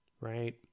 right